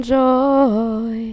joy